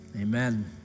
Amen